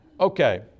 Okay